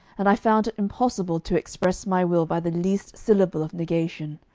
and i found it impossible to express my will by the least syllable of negation.